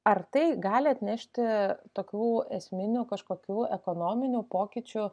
ar tai gali atnešti tokių esminių kažkokių ekonominių pokyčių